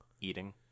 Eating